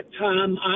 Tom